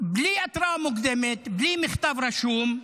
בלי התראה מוקדמת, בלי מכתב רשום,